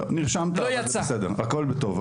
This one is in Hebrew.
הכל בטוב.